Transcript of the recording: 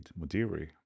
Mudiri